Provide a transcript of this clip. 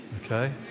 Okay